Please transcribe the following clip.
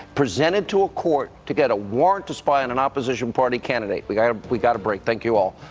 present it to a court, to get a warrant to spy on an opposition party candidate. we gotta, we got to break. thank you all.